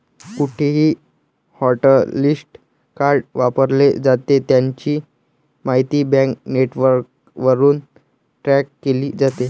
कुठेही hotlist card वापरले जाते, त्याची माहिती बँक नेटवर्कवरून ट्रॅक केली जाते